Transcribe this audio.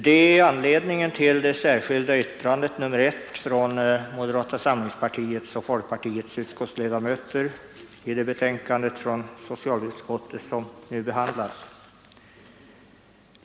Det är anledningen till det särskilda yttrandet nr 1 från moderata samlingspartiets och folkpartiets utskottsledamöter till det betänkande från socialutskottet som nu behandlas.